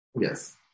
Yes